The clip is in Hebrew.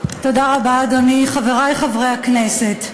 אדוני, תודה רבה, חברי חברי הכנסת,